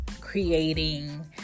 creating